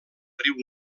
riu